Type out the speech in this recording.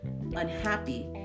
unhappy